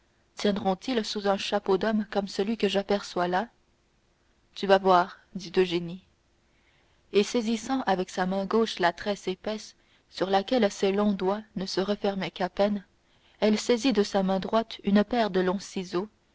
tiendront ils sous un chapeau d'homme comme celui que j'aperçois là tu vas voir dit eugénie et saisissant avec sa main gauche la tresse épaisse sur laquelle ses longs doigts ne se refermaient qu'à peine elle saisit de sa main droite une paire de longs ciseaux